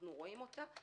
אנחנו רואים אותה.